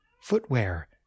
footwear